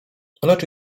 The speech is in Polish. lecz